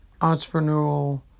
entrepreneurial